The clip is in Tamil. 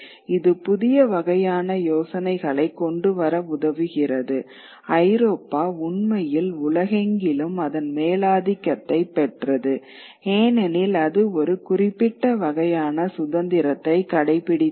இது புதிய வகையான யோசனைகளைக் கொண்டுவர உதவுகிறது ஐரோப்பா உண்மையில் உலகெங்கிலும் அதன் மேலாதிக்கத்தைப் பெற்றது ஏனெனில் அது ஒரு குறிப்பிட்ட வகையான சுதந்திரத்தை கடைப்பிடித்தது